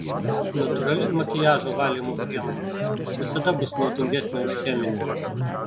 natūrali makiažo valymo priemonė visada bus naudingesnė už cheminę